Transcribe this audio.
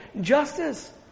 justice